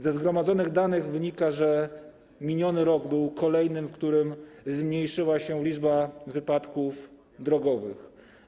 Ze zgromadzonych danych wynika, że miniony rok był kolejnym, w którym zmniejszyła się liczba wypadków drogowych.